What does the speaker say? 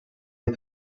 les